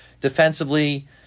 defensively